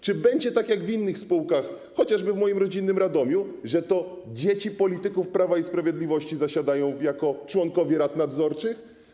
Czy będzie tak jak w innych spółkach, chociażby w moim rodzinnym Radomiu, że to dzieci polityków Prawa i Sprawiedliwości będą zasiadać jako członkowie w radach nadzorczych?